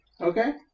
Okay